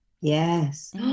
Yes